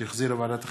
שהחזירה ועדת החינוך,